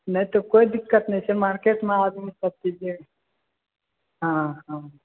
नहि तऽ कोइ दिक्कत नहि छै मार्केटमे आदमीसभ ठीके हँ हँ